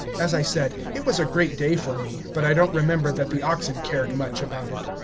as i said, it was a great day for me, but i don't remember that the oxen cared much about it.